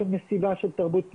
עסק של מסיבה של תרבות פנאי,